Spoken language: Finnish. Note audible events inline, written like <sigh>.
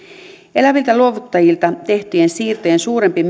eläviltä luovuttajilta tehtyjen siirtojen suurempi <unintelligible>